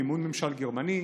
מימון ממשל גרמני,